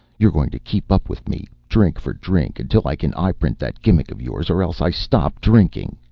you're going to keep up with me, drink for drink, until i can eyeprint that gimmick of yours or else i stop drinking.